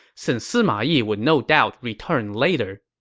since sima yi will no doubt return later.